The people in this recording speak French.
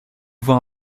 voir